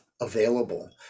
available